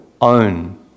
own